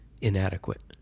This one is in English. inadequate